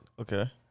Okay